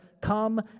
come